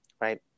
right